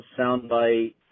soundbite